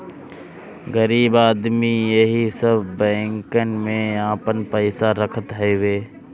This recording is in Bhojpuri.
गरीब आदमी एही सब बैंकन में आपन पईसा रखत हवे